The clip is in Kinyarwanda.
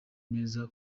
neza